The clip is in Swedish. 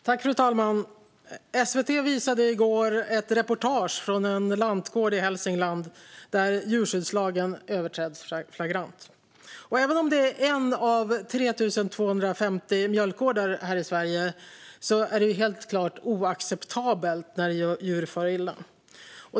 Fru talman! SVT visade i går ett reportage från en lantgård i Hälsingland där djurskyddslagen flagrant överträds. Även om det är en av 3 250 mjölkgårdar här i Sverige är det helt klart oacceptabelt när djur far illa.